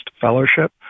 Fellowship